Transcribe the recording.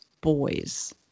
boys